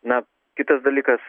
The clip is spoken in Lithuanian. na kitas dalykas